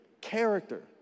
character